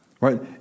Right